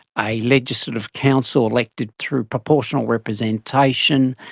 a legislative council elected through proportional representation,